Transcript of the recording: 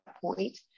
point